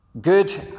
Good